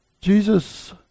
Jesus